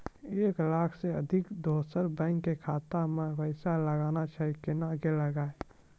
एक लाख से अधिक दोसर बैंक के खाता मे पैसा लगाना छै कोना के लगाए?